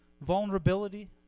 vulnerability